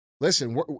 listen